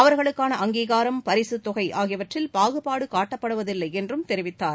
அவர்களுக்காள அங்கீகாரம் பரிசு தொகை ஆகியவற்றில் பாகுபாடு காட்டப்படுவதில்லை என்றும் தெரிவித்தார்